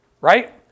right